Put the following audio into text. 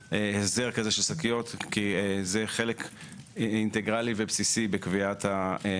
היעד הנוכחי ואם יהיה צורך לאפשר את התיקון שלו בהמשך,